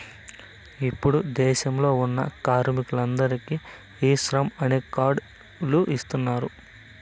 ఇప్పుడు దేశంలో ఉన్న కార్మికులందరికీ ఈ శ్రమ్ అనే కార్డ్ లు ఇస్తున్నారు